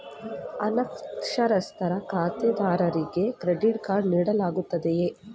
ಅನಕ್ಷರಸ್ಥ ಖಾತೆದಾರರಿಗೆ credit card ನೀಡಲಾಗುತ್ತದೆಯೇ?